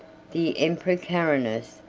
the emperor carinus,